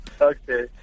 Okay